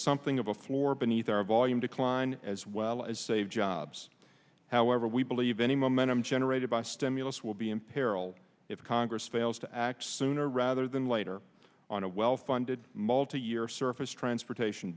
something of a floor beneath our volume decline as well as save jobs obs however we believe any momentum generated by stimulus will be in peril if congress fails to act sooner rather than later on a well funded multi year surface transportation